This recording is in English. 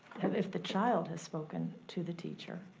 and if the child has spoken to the teacher.